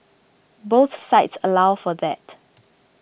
both sites allow for that